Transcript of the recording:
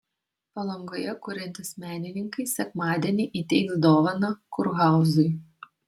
palangoje kuriantys menininkai sekmadienį įteiks dovaną kurhauzui